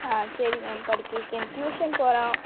ஆ சரி மேம் படிக்க வைக்கேன் டியூசன் போகிறான்